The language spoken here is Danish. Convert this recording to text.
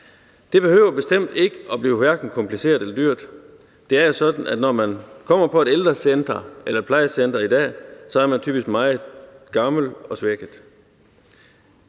Det behøver bestemt ikke at blive hverken kompliceret eller dyrt. Det er jo sådan, at når man kommer på et ældrecenter eller et plejecenter i dag, er man typisk meget gammel og svækket,